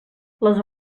les